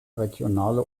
regionale